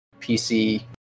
PC